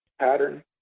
pattern